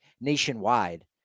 nationwide